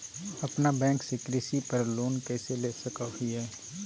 अपना बैंक से कृषि पर लोन कैसे ले सकअ हियई?